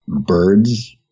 birds